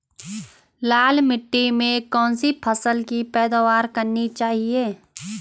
लाल मिट्टी में कौन सी फसल की पैदावार करनी चाहिए?